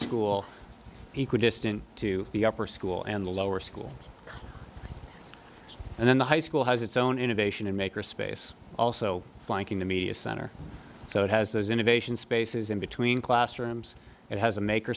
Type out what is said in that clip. distance to the upper school and lower school and then the high school has its own innovation and make or space also flanking the media center so it has those innovations spaces in between classrooms and has a maker